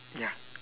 ya